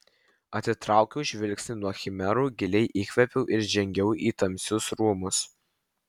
atitraukiau žvilgsnį nuo chimerų giliai įkvėpiau ir žengiau į tamsius rūmus